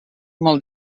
molt